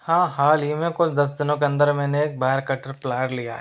हाँ हाल ही में कुछ दस दिनों के अंदर मैंने एक वायर कटर प्लायर लिया है